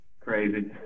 crazy